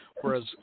Whereas